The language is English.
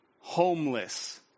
homeless